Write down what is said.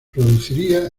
produciría